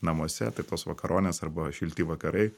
namuose tai tos vakaronės arba šilti vakarai